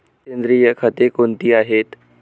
सेंद्रिय खते कोणती आहेत?